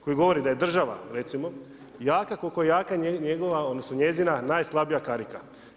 Koji govori, da je država, recimo, jaka koliko je jako, njegova, odnosno, njezina najslabija karika.